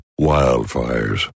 wildfires